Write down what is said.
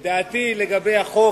את דעתי לגבי החוק,